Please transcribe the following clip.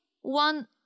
one